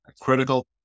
critical